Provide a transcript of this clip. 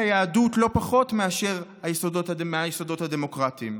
היהדות לא פחות מאשר היסודות הדמוקרטיים.